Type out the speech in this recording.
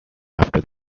after